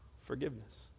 forgiveness